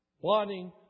Wanting